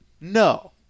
No